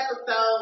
episode